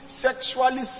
sexually